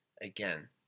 Again